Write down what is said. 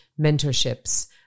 mentorships